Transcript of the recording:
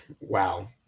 Wow